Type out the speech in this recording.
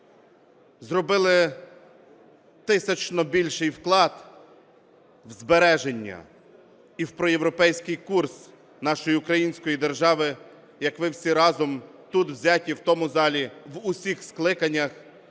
зробили тисячно більший вклад в збереження і в проєвропейський курс нашої української держави, як ви всі разом тут взяті в тому залі в усіх скликаннях,